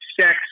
sex